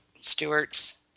Stewart's